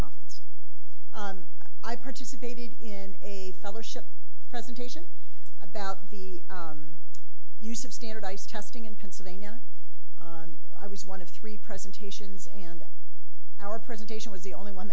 conference i participated in a fellowship presentation about the use of standardized testing in pennsylvania i was one of three presentations and our presentation was the only one